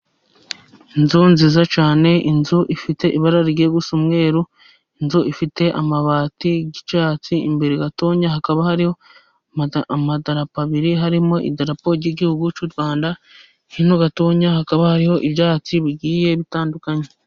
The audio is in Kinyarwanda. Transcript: Inzu nziza cyane, inzu ifite ibara rirya gusa umweru, inzu ifite amabati gicyatsi, imbere gato hakaba hari amadarapo abiri harimo idarapo ry'igihugu cy'u rwanda, hino gato hakaba hariho ibyatsi bigiye bitandukanye.